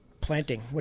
planting